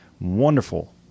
Wonderful